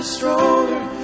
stronger